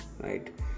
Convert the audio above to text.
right